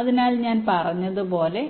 അതിനാൽ ഞാൻ പറഞ്ഞതുപോലെ